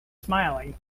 smiling